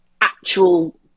actual